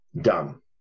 dumb